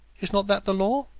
is not that the law?